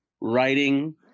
writing